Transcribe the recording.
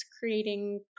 creating